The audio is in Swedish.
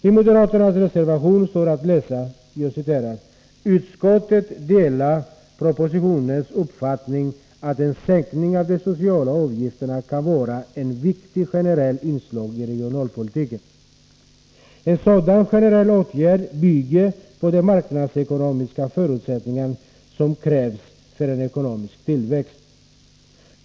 I moderaternas reservation står att läsa: ”Utskottet delar propositionens uppfattning att en sänkning av de sociala avgifterna kan vara ett viktigt generellt inslag i regionalpolitiken. En sådan generell åtgärd bygger på de marknadsekonomiska förutsättningar som krävs för en ekonomisk tillväxt.